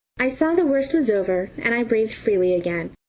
i saw the worst was over, and i breathed freely again.